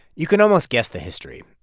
you can almost guess the history.